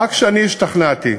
והשתכנעתי,